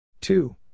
Two